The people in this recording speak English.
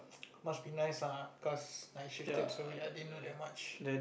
must be nice lah cause I shifted then I didn't know that much